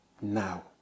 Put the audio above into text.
now